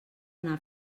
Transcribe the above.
anar